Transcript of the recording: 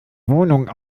wohnung